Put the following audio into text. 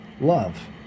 love